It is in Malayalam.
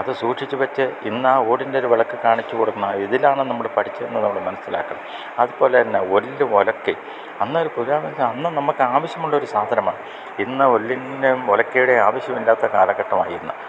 അതു സൂക്ഷിച്ചുവച്ച് ഇന്നാ ഓടിൻ്റെ ഒരു വിളക്കു കാണിച്ചു കൊടുക്കുന്ന ഇതിലാണു നമ്മള് പഠിച്ചതന്ന് നമ്മള് മനസ്സിലാക്കണം അതുപോലെതന്നെ ഉരലും ഉലക്കയും അന്നൊരു പുരയില് അന്ന് നമുക്ക് ആവശ്യമുള്ളൊരു സാധനമാണ് ഇന്ന് ഉരലിന്റെയും ഉലക്കയുടെയും ആവശ്യമില്ലാത്ത കാലഘട്ടമായി ഇന്ന്